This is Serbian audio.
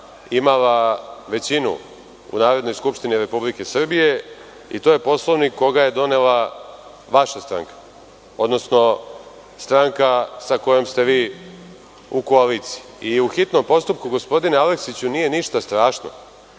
imala većinu u Narodnoj skupštini Republike Srbije i to je Poslovnik koga je donela vaša stranka, odnosno stranka sa kojom ste vi u koaliciji. U hitnom postupku, gospodine Aleksiću, nije ništa strašno.